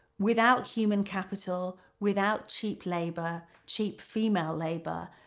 without human capital, without cheap labor, cheap female labor,